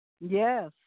Yes